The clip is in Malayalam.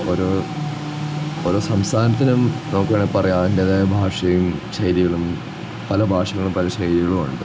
ഓരോ ഓരോ സംസ്ഥാനത്തിനും നമുക്ക് വേണമെങ്കില് പറയാം അതിൻറ്റേതായ ഭാഷയും ശൈലികളും പല ഭാഷകളും പല ശൈലികളുമുണ്ട്